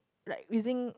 like using